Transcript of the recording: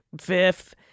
Fifth